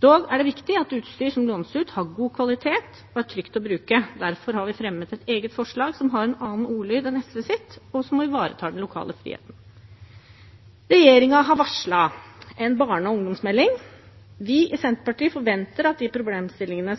Dog er det viktig at utstyr som lånes ut, har god kvalitet og er trygt å bruke. Derfor har vi fremmet et eget forslag som har en annen ordlyd enn SVs, og som ivaretar den lokale friheten. Regjeringen har varslet en barne- og ungdomsmelding. Vi i Senterpartiet forventer at de problemstillingene